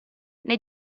nei